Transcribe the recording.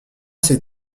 ces